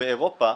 באירופה